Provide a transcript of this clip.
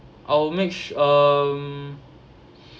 I'll make sur~ um